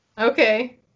Okay